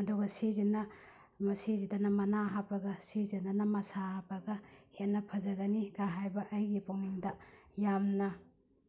ꯑꯗꯒꯨ ꯁꯤꯁꯤꯅ ꯃꯁꯤꯁꯤꯗꯅ ꯃꯅꯥ ꯍꯥꯞꯄꯒ ꯁꯤꯁꯤꯗꯅ ꯃꯁꯥ ꯍꯥꯞꯄꯒ ꯍꯦꯟꯅ ꯐꯖꯒꯅꯤꯒ ꯍꯥꯏꯕ ꯑꯩꯒꯤ ꯄꯨꯛꯅꯤꯡꯗ ꯌꯥꯝꯅ